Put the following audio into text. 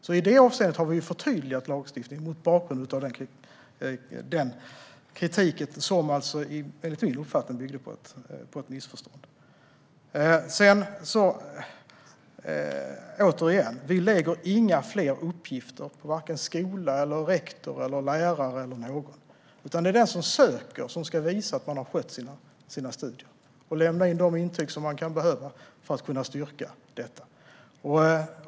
Så i det avseendet har vi förtydligat lagstiftningen mot bakgrund av den kritiken, som alltså enligt min uppfattning byggde på ett missförstånd. Jag vill återigen säga att vi inte lägger några fler uppgifter på vare sig skola, rektor, lärare eller någon annan. Det är den som söker som ska visa att man har skött sina studier och lämna in de intyg som kan behövas för att styrka detta.